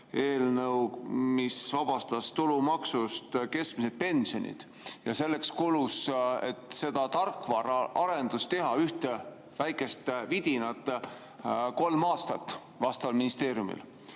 eelnõu, mis vabastab tulumaksust keskmised pensionid. Selleks, et seda tarkvaraarendust teha, ühte väikest vidinat, kulus vastaval ministeeriumil